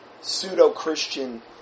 pseudo-Christian